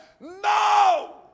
no